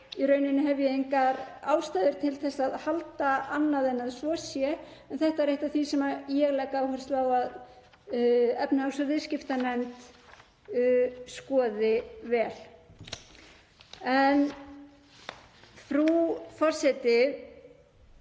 í rauninni enga ástæðu til að halda annað en að svo sé en þetta er eitt af því sem ég legg áherslu á að efnahags- og viðskiptanefnd skoði vel. Frú forseti.